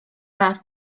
fath